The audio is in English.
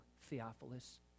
Theophilus